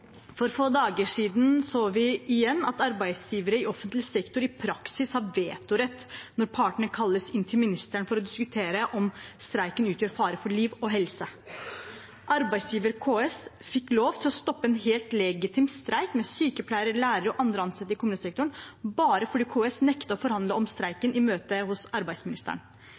For få dager siden så vi igjen at arbeidsgivere i offentlig sektor i praksis har vetorett når partene kalles inn til ministeren for å diskutere om streiken utgjør fare for liv og helse. Arbeidsgiver KS fikk lov til å stoppe en helt legitim streik med sykepleiere, lærere og andre ansatte i kommunesektoren bare fordi KS nektet å forhandle om streiken i møtet hos arbeidsministeren.